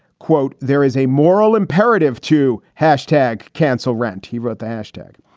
quote. there is a moral imperative to hashtag cancel rant. he wrote the hashtag,